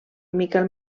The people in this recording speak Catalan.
miquel